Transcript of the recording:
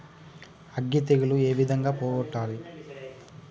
అగ్గి తెగులు ఏ విధంగా పోగొట్టాలి?